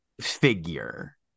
figure